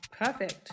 Perfect